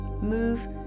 move